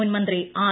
മുൻ മന്ത്രി ആർ